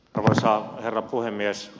arvoisa herra puhemies